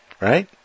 Right